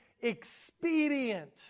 expedient